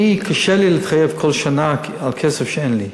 אני, קשה לי להתחייב כל שנה על כסף שאין לי.